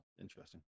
interesting